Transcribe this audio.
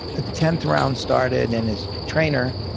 the tenth round started and his trainer,